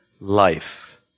life